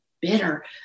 bitter